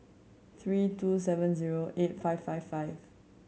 three two seven zero eight five five five